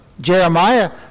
Jeremiah